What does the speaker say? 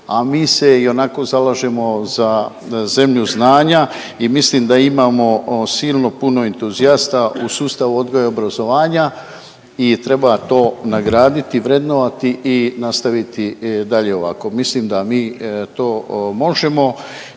a mi se ionako zalažemo za zemlju znanja i mislim da imamo silno puno entuzijasta u sustavu odgoja i obrazovanja i treba to nagraditi, vrednovati i nastaviti dalje ovako. Mislim da mi to možemo